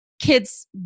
kids